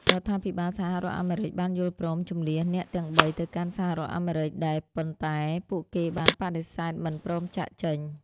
រដ្ឋាភិបាលសហរដ្ឋអាមេរិកបានយល់ព្រមជម្លៀសអ្នកទាំងបីទៅកាន់សហរដ្ឋអាមេរិកដែរ ប៉ុន្តែពួកគេបានបដិសេធមិនព្រមចាកចេញ។